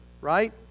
right